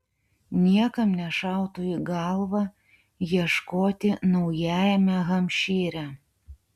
niekam nešautų į galvą ieškoti naujajame hampšyre